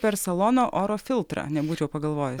per salono oro filtrą nebūčiau pagalvojus